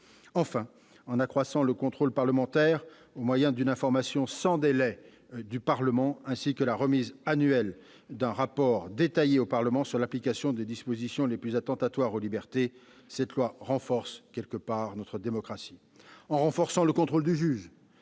Enfin, en accroissant le contrôle parlementaire au moyen d'une information sans délai du Parlement ainsi que de la remise annuelle au Parlement d'un rapport détaillé sur l'application des dispositions les plus attentatoires aux libertés, cette loi renforce notre démocratie. En renforçant le contrôle du juge